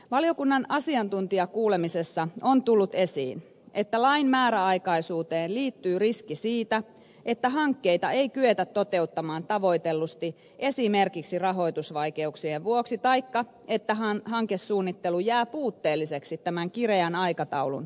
valiokunnan asiantuntijakuulemisessa on tullut esiin että lain määräaikaisuuteen liittyy riski siitä että hankkeita ei kyetä toteuttamaan tavoitellusti esimerkiksi rahoitusvaikeuksien vuoksi taikka että hankesuunnittelu jää puutteelliseksi tämän kireän aikataulun vuoksi